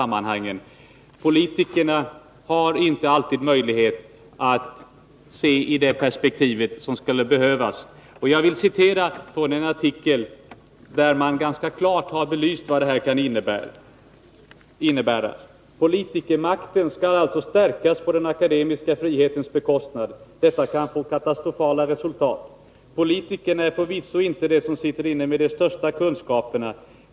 Politikerna har inte alltid möjlighet att se i det perspektiv som skulle behövas. Jag vill citera från en artikel, där man ganska klart har belyst vad detta kan innebära: ”Politikermakten skall alltså stärkas på den akademiska frihetens bekostnad. Detta kan få katastrofala resultat. Politikerna är förvisso inte de som sitter inne med de största kunskaperna.